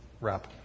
wrap